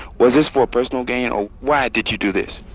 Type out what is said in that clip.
was this for a personal gain or why did you do this?